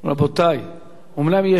אומנם יש שקט, גם גבירותי.